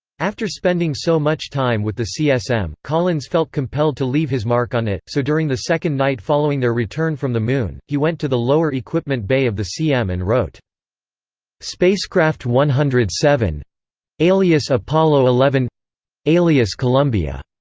after spending so much time with the csm, collins felt compelled to leave his mark on it, so during the second night following their return from the moon, he went to the lower equipment bay of the cm and wrote spacecraft one hundred and seven alias apollo eleven alias columbia.